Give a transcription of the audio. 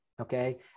okay